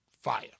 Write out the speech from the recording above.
fire